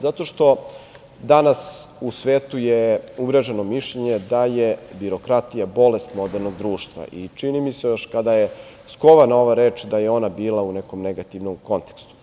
Zato što danas u svetu je uvreženo mišljenje da je birokratija bolest modernog društva i čini mi se još kada je skovana ova reč da je ona bila u nekom negativnom kontekstu.